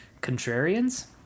contrarians